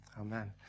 Amen